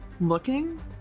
looking